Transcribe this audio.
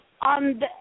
On